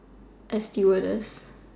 A stewardess